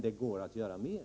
Det går att göra mer.